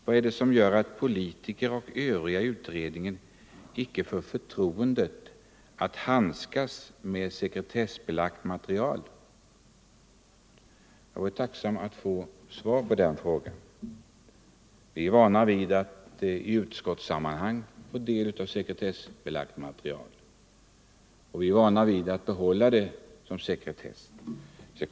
Vad är det som gör att politiker och övriga ledamöter 26 november 1974 av utredningen icke får förtroendet att handskas med sekretessbelagt material? Jag vore tacksam för ett svar på den frågan. Vi är i utskotts — Ang. inskränkningarbetet vana vid att få del av sekretessbelagt material, och vi bevarar ariSJ:s verksamhet sekretessen.